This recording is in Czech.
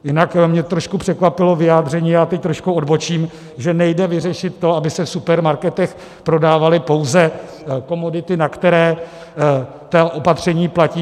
Jinak mě trošku překvapilo vyjádření, já teď trošku odbočím, že nejde vyřešit to, aby se v supermarketech prodávaly pouze komodity, na které ta opatření platí.